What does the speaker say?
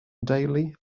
daily